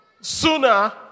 sooner